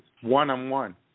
one-on-one